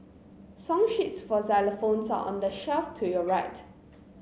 song sheets for xylophones are on the shelf to your right